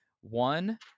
one